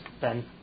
Ben